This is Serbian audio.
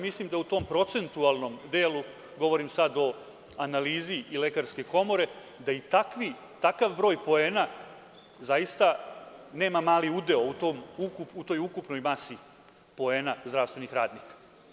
Mislim da u tom procentualnom delu, govorim sad o analizi i Lekarske komore, da takav broj poena zaista nema mali udeo u toj ukupnoj masi poena zdravstvenih radnika.